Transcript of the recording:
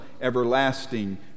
everlasting